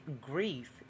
grief